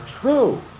true